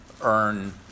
earn